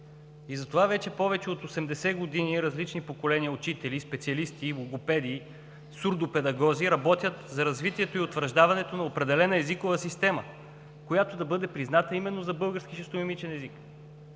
Затова повече от 80 години различни поколения учители, специалисти, логопеди, сурдопедагози работят за развитието и утвърждаването на определена езикова система, която да бъде призната именно за български жестомимичен език.